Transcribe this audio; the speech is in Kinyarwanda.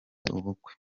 ubukwe